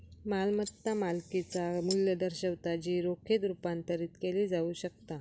मालमत्ता मालकिचा मू्ल्य दर्शवता जी रोखीत रुपांतरित केली जाऊ शकता